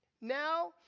Now